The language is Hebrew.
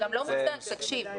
תקשיב,